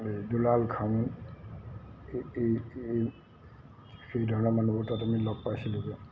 এই দুলাল খাউণ্ড এই এই সেই ধৰণৰ মানুহবোৰ তাত আমি লগ পাইছিলোঁগৈ